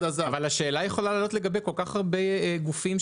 השאלה יכולה לעלות לגבי כל כך הרבה גופים,